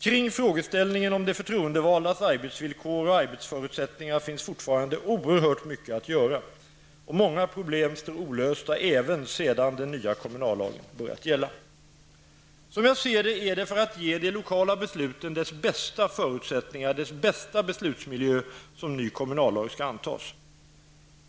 Kring frågeställningen om de förtroendevaldas arbetsvillkor och arbetsförutsättningar finns fortfarande oerhört mycket att göra, och många problem står olösta även sedan den nya kommunallagen börjat gälla. Som jag ser det är det för att ge de lokala besluten dess bästa förutsättningar, dess bästa beslutsmiljö, som en ny kommunallag skall antas.